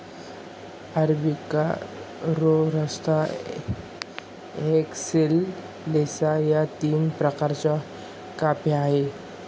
arabica, robusta, excelsa या तीन प्रकारना काफी से